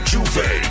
Juve